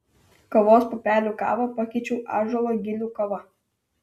kavos pupelių kavą pakeičiau ąžuolo gilių kava